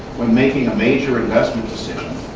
when making a major investment decision,